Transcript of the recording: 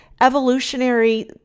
evolutionary